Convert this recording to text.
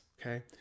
okay